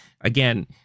again